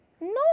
No